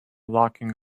locking